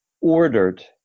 ordered